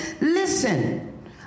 Listen